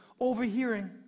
overhearing